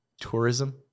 tourism